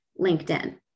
LinkedIn